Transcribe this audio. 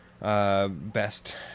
Best